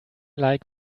like